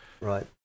Right